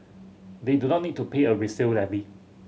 they do not need to pay a resale levy